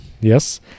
Yes